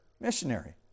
Missionary